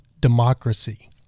democracy